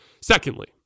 Secondly